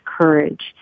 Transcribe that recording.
courage